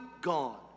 gone